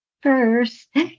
first